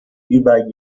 über